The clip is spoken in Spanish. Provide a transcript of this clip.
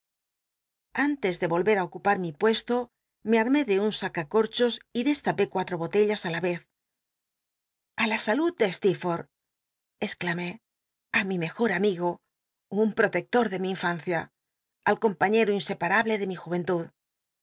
antes de voher á ocupar mi puesto me armé de un saca corchos y destapé cuatro botellas ala vez a la salud de ste exclamé á mi mejor amigo un protector de mi infancia al compañero insepamblc de mi ju